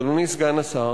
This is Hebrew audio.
אדוני סגן השר,